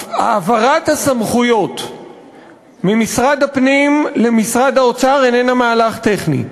העברת הסמכויות ממשרד הפנים למשרד האוצר איננה מהלך טכני,